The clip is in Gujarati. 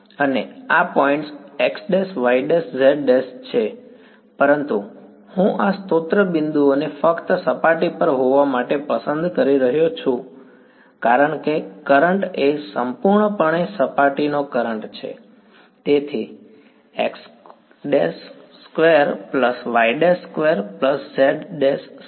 અને આ પોઈન્ટ્સ xyz છે પરંતુ હું આ સ્ત્રોત બિંદુઓને ફક્ત સપાટી પર હોવા માટે પસંદ કરી રહ્યો છું કારણ કે કરંટ એ સંપૂર્ણપણે સપાટીનો કરંટ છે તેથી x′2y′2 z′2 a2